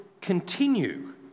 continue